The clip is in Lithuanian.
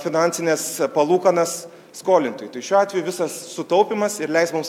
finansines palūkanas skolintojui tai šiuo atveju visas sutaupymas ir leis mums